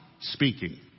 speaking